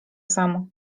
samo